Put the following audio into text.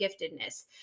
giftedness